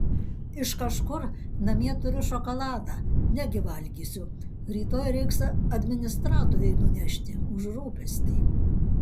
iš kažkur namie turiu šokoladą negi valgysiu rytoj reiks administratorei nunešti už rūpestį